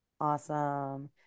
Awesome